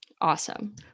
awesome